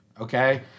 Okay